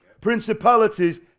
Principalities